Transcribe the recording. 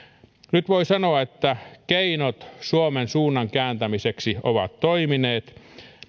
nyt voi sanoa että keinot suomen suunnan kääntämiseksi ovat toimineet